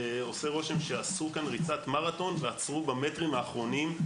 שעושה רושם שעשו כאן ריצת מרתון ועצרו במטרים האחרונים,